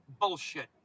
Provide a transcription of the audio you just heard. bullshit